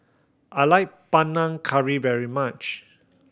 I like Panang Curry very much